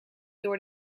door